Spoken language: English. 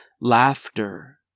laughter